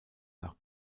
nach